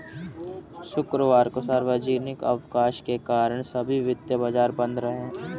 शुक्रवार को सार्वजनिक अवकाश के कारण सभी वित्तीय बाजार बंद रहे